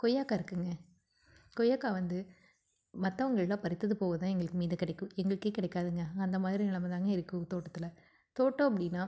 கொய்யாக்காய் இருக்குங்க கொய்யாக்காய் வந்து மற்றவங்க எல்லாம் பறித்தது போக தான் எங்களுக்கு மீதம் கிடைக்கும் எங்களுக்கே கிடைக்காதுங்க அந்த மாதிரி நிலமைதாங்க இருக்குது தோட்டத்தில் தோட்டம் அப்படின்னா